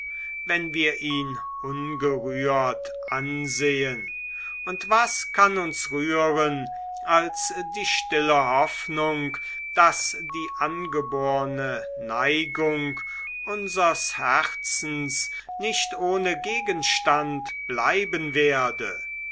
wenn wir ihn ungerührt ansehen und was kann uns rühren als die stille hoffnung daß die angeborne neigung unsers herzens nicht ohne gegenstand bleiben werde